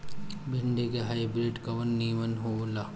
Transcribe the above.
भिन्डी के हाइब्रिड कवन नीमन हो ला?